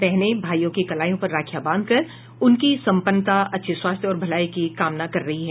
बहनें भाइयों की कलाई पर राखियां बांधकर उनकी संपन्नता अच्छे स्वास्थ्य और भलाई की कामना कर रही हैं